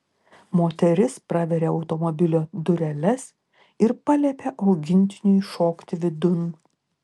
moteris praveria automobilio dureles ir paliepia augintiniui šokti vidun